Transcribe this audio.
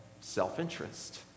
self-interest